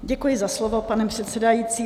Děkuji za slovo, pane předsedající.